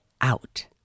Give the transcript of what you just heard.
out